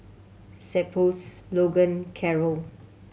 Cephus Logan Karel